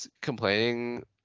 complaining